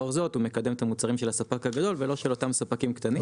ולאור זאת הוא מקדם את המוצרים של הספק הגדול ולא של אותם ספקים קטנים.